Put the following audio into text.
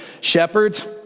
Shepherds